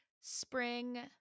spring